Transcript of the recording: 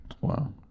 Wow